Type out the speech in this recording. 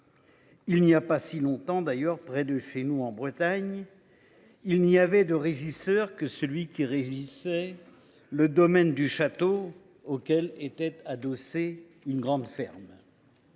Il n’y a pas si longtemps, près de chez nous, en Bretagne, il n’y avait de régisseur que celui qui régissait le domaine du château auquel était adossée une grande ferme.